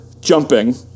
jumping